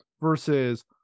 versus